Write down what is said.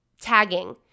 tagging